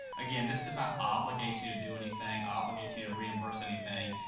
again, this does not obligate you to do anything, obligate you to reimburse anything,